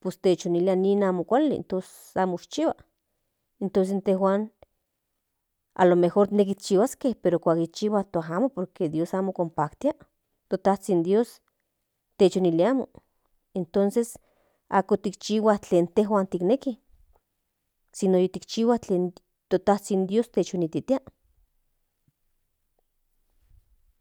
pues techonilia nin amo kuali amo ikchihua tos intejuan alo mejor neki tikchihuas pero al momento amo por que dios amo konpaktia to tazhin dios entonces ako tokchihua tlen intejuan kineki si no yitikchihua tlen to tazhin dios techonititia